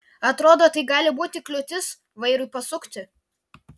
atrodo tai gali būti kliūtis vairui pasukti